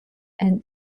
and